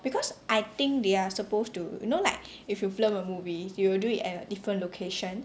because I think they are supposed to you know like if you film a movie you will do it at a different location